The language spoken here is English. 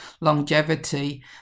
longevity